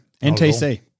NTC